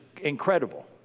incredible